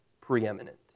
preeminent